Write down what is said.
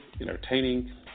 entertaining